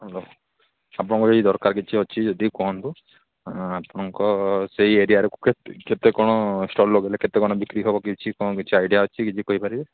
hello ଆପଣଙ୍କର ଯଦି ଦରକାର କିଛି ଅଛି କୁହନ୍ତୁ ଆପଣଙ୍କ ସେଇ ଏରିଆରେ କେତେ କ'ଣ ଷ୍ଟଲ୍ ଲଗେଇଲେ କେତେ କ'ଣ ବିକ୍ରି ହେବ କି କିଛି କ'ଣ କିଛି ଆଇଡିଆ ଅଛି କି ଯେ କହିପାରିବେ